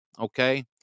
okay